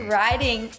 riding